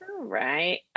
right